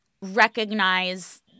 recognize